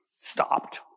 stopped